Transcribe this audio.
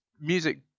music